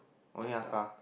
only Aka